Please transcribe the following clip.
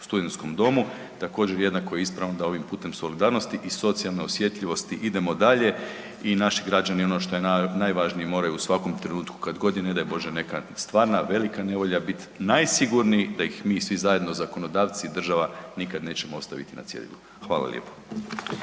u studentskom domu, također jednako ispravno je da ovim putem solidarnosti i socijalne osjetljivosti idemo dalje i naši građani, ono što je najvažnije, moraju u svakom trenutku kad god je ne daj bože neka stvarna, velika nevolja bit najsigurniji, da ih mi svi zajedno zakonodavci i država nikad nećemo ostavit na cjedilu. Hvala lijepo.